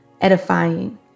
edifying